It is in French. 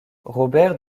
robert